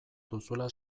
duzula